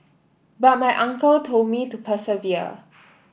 but my uncle told me to persevere